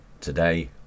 today